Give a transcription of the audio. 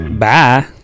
Bye